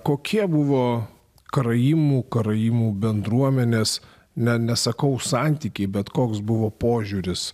kokie buvo karaimų karaimų bendruomenės ne nesakau santykiai bet koks buvo požiūris